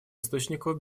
источников